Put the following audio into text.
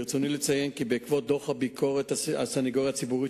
ברצוני לציין כי בעקבות דוח הביקורת של הסניגוריה הציבורית